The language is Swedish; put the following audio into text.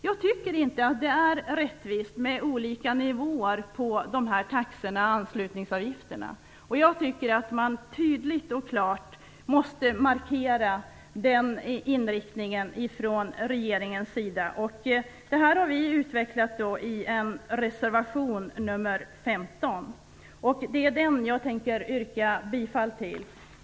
Jag tycker inte att det är rättvist med olika nivåer på taxorna och anslutningsavgifterna, och jag tycker att man tydligt och klart måste markera den inriktningen från regeringens sida. Det här har vi utvecklat i reservation nr 15. Det är den jag tänker yrka bifall till.